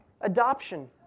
Adoption